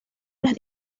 las